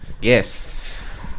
Yes